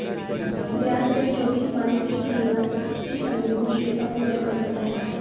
ब्याज दर जोखिम बांड की कीमत की संवेदनशीलता पर निर्भर करता है